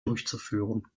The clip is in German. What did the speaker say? durchzuführen